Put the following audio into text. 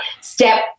step